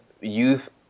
youth